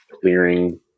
clearing